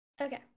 Okay